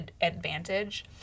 advantage